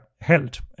held